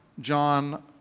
John